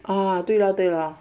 啊对咯对咯